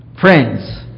friends